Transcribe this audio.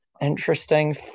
interesting